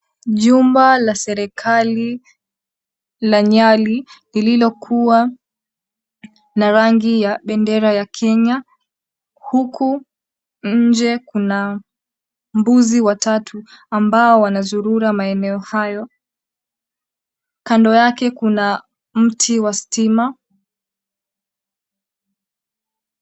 Jumba la serikali la nyali lililokuwa na rangi ya bendera ya Kenya, huku nje kuna mbuzi watatu ambao wanazurura maeneo hayo. Kando yake kuna mti wa stima.